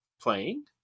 playing